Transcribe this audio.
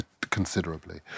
considerably